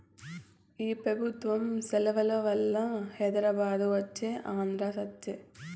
ఈ పెబుత్వం సలవవల్ల హైదరాబాదు వచ్చే ఆంధ్ర సచ్చె